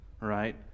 right